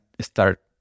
start